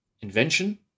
invention